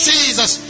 Jesus